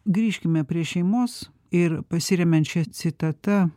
grįžkime prie šeimos ir pasiremiant šia citata